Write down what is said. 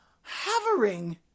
hovering